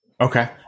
Okay